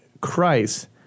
Christ